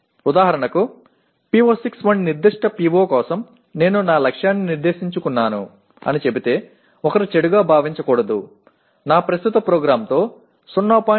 உதாரணமாக PO6 போன்ற ஒரு குறிப்பிட்ட PO க்காக எனது இலக்கை நிர்ணயித்தேன் என்று சொன்னால் ஒருவர் மோசமாக உணரக்கூடாது 0